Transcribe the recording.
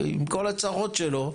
עם כל הצרות שלו,